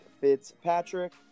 fitzpatrick